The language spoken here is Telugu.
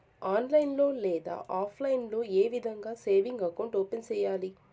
ఆన్లైన్ లో లేదా ఆప్లైన్ లో ఏ విధంగా సేవింగ్ అకౌంట్ ఓపెన్ సేయాలి